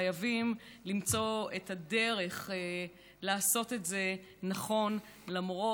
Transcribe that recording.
חייבים למצוא את הדרך לעשות את זה נכון, למרות,